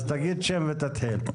אז תגיד שם ותתחיל.